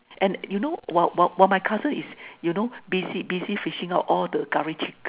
and you know while while my cousin is you know busy busy fishing out all the Curry Chicken